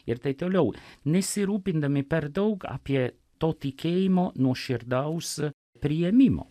ir tai toliau nesirūpindami per daug apie to tikėjimo nuoširdaus priėmimo